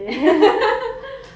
I can't be bothered to